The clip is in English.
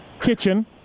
Kitchen